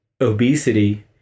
obesity